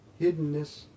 hiddenness